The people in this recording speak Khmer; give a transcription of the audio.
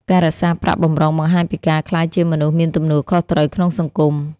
ការរក្សាប្រាក់បម្រុងបង្ហាញពីការក្លាយជាមនុស្សមានទទួលខុសត្រូវក្នុងសង្គម។